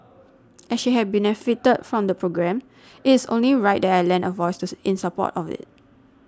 as she had benefited from the programme it is only right that I lend a voice in support of it